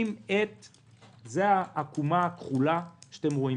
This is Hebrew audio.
זאת העקומה הכחולה שאתם רואים